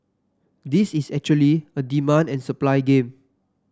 this is actually a demand and supply game